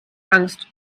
angst